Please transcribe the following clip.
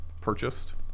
purchased